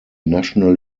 national